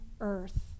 earth